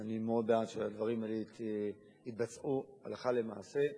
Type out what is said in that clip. ואני מאוד בעד שהדברים האלה יתבצעו הלכה למעשה.